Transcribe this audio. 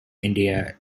india